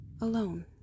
Alone